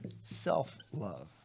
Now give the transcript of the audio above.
self-love